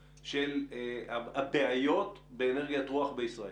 לבעיות באנרגיית רוח בישראל.